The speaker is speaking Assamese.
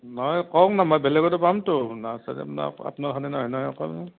নহয় কওক না মই বেলেগতো পামটো নাৰ্ছাৰি আপোনাৰ আপোনাৰখনেই নহয় নহয় অকল